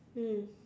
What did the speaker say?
mm